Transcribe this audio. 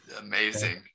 Amazing